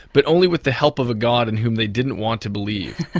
but only with the help of a god in whom they didn't want to believe.